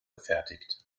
gefertigt